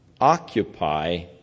Occupy